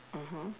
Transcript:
mmhmm